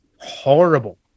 horrible